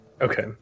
Okay